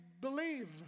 believe